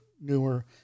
Newer